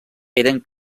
eren